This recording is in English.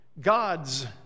God's